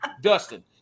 Dustin